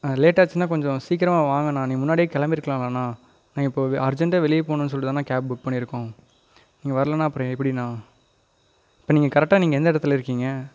late ஆச்சுனா கொஞ்சம் சீக்கிரம் வாங்கண்ணா நீங்கள் முன்னாடி கிளம்பிருக்கலாம்லண்ணா நீங்கள் இப்போது வி அர்ஜெண்டாக வெளிய போகனுன் சொல்லிட்டு தாண்ணா கேப் புக் பண்ணிருக்கோம் நீங்கள் வரலன்னா அப்புறம் எப்படிண்ணா இப்போ நீங்கள் கரெக்டாக நீங்கள் எந்த இடத்துல இருக்கீங்க